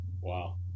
Wow